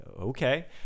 okay